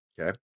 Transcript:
Okay